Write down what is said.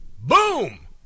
boom